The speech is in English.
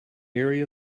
area